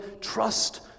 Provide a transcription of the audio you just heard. trust